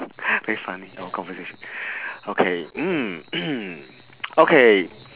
very funny our conversation okay mm okay